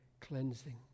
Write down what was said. cleansing